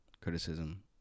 criticism